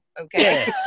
okay